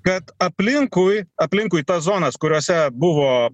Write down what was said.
kad aplinkui aplinkui tas zonas kuriose buvo